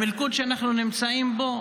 המלכוד שאנחנו נמצאים בו,